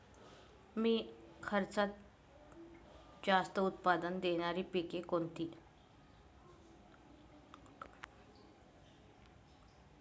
कमी खर्चात जास्त उत्पाद देणारी पिके कोणती?